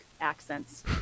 accents